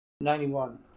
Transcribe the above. Ninety-one